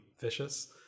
vicious